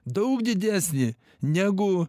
daug didesnį negu